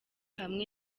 hamwe